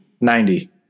Ninety